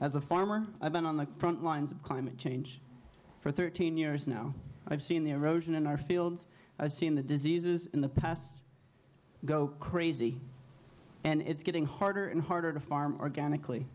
as a farmer i've been on the front lines of climate change for thirteen years now and i've seen the erosion in our fields i've seen the diseases in the past go crazy and it's getting harder and harder to farm organically